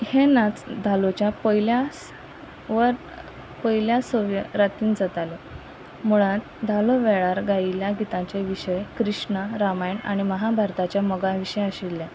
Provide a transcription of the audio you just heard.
हे नाच धालोच्या पयल्या वर पयल्या सव्या रातीन जाताले मुळान धालो वेळार गायिल्ल्या गितांचे विशय कृष्ण रामायण आनी महाभारताच्या मगा विशय आशिल्ले